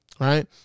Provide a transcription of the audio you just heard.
right